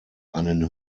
einen